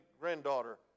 granddaughter